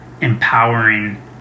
empowering